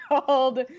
called